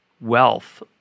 wealth